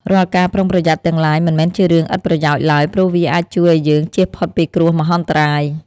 រាល់ការប្រុងប្រយ័ត្នទាំងឡាយមិនមែនជារឿងឥតប្រយោជន៍ឡើយព្រោះវាអាចជួយឱ្យយើងចៀសផុតពីគ្រោះមហន្តរាយ។